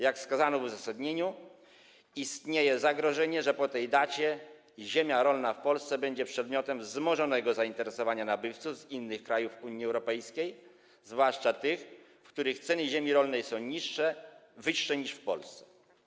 Jak wskazano w uzasadnieniu, istnieje zagrożenie, że po tej dacie ziemia rolna w Polsce będzie przedmiotem wzmożonego zainteresowania nabywców z innych krajów Unii Europejskiej, zwłaszcza tych, w których ceny ziemi rolnej są znacznie wyższe niż w Polsce.